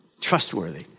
trustworthy